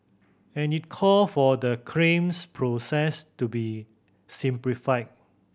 and it called for the claims process to be simplified